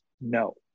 no